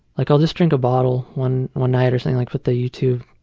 like i'll just drink a bottle one one night or something, like put the youtube